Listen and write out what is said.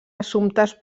assumptes